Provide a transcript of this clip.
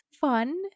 fun